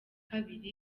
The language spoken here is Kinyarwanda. kabiri